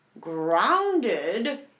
grounded